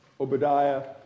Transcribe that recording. Obadiah